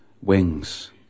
wings